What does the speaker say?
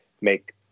make